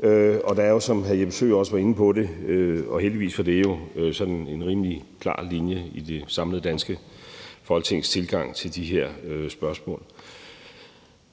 Der er jo, som hr. Jeppe Søe også var inde på – og heldigvis for det – sådan en rimelig klar linje i det samlede danske Folketings tilgang til de her spørgsmål.